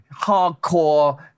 hardcore